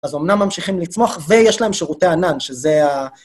אז אמנם ממשיכים לצמוח, ויש להם שירותי ענן, שזה ה...